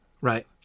right